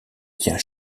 tient